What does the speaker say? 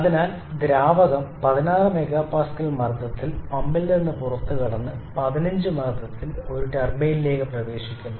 അതിനാൽ ദ്രാവകം 16 MPa മർദ്ദത്തിൽ പമ്പിൽ നിന്ന് പുറത്തുകടന്ന് 15 മർദ്ദത്തിൽ ഒരു ടർബൈനിൽ പ്രവേശിക്കുന്നു